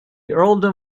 earldom